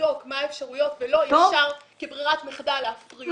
מה האפשרויות ולא כברירת מחדל להפריד.